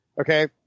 okay